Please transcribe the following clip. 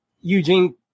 Eugene